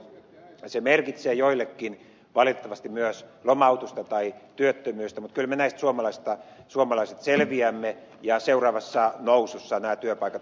se merkitsee joillekin valitettavasti myös lomautusta tai työttömyyttä mutta kyllä me suomalaiset näistä selviämme ja seuraavassa nousussa nämä työpaikat otetaan takaisin